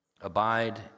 Abide